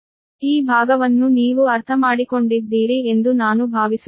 ಈ ಭಾಗವನ್ನು ನೀವು ಅರ್ಥಮಾಡಿಕೊಂಡಿದ್ದೀರಿ ಎಂದು ನಾನು ಭಾವಿಸುತ್ತೇನೆ